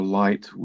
light